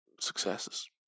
successes